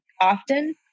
often